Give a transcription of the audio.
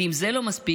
ואם זה לא מספיק,